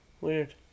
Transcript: Weird